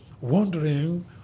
Wondering